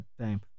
time